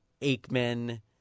Aikman